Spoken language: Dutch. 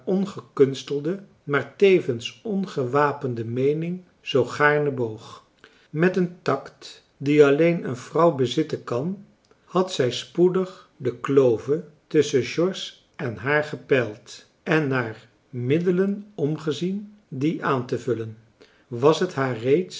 ongekunstelde maar tevens ongewapende meening zoo gaarne boog met een tact die alleen een vrouw bezitten kan had zij spoedig de klove tusschen george en haar gepeild en naar middelen omgezien die aantevullen was t haar